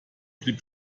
blieb